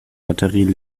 batterie